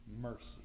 mercy